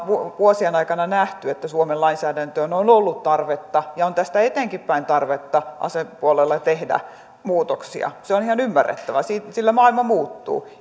vuosien aikana nähneet että suomen lainsäädäntöön on ollut tarvetta ja on tästä eteenpäinkin tarvetta tehdä muutoksia asepuolella se on on ihan ymmärrettävää sillä maailma muuttuu